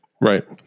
Right